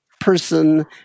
person